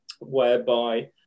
whereby